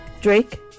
Drake